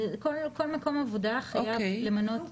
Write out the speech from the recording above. זה כל מקום עבודה חייב למנות.